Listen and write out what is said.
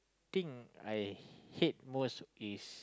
think I hate most is